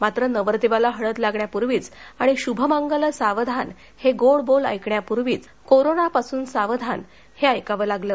मात्र नवरदेवाला हळद लागण्यापूर्वीच आणि शूभमंगल सावधान हे गोड बोल ऐकण्यापूर्वीच कोरोना पासून सावधान हे ऐकावं लागलं